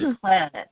planet